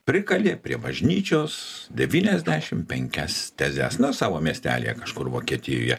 prikalė prie bažnyčios devyniasdešim penkias tezes na savo miestelyje kažkur vokietijoje